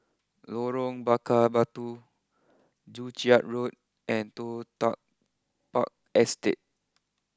Lorong Bakar Batu Joo Chiat Road and Toh Tuck Park Estate